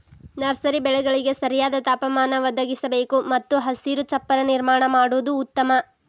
nursery ಬೆಳೆಗಳಿಗೆ ಸರಿಯಾದ ತಾಪಮಾನ ಒದಗಿಸಬೇಕು ಮತ್ತು ಹಸಿರು ಚಪ್ಪರ ನಿರ್ಮಾಣ ಮಾಡುದು ಉತ್ತಮ